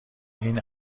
این